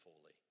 fully